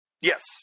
Yes